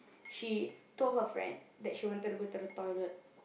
she told her friend that she wanted to go to the toilet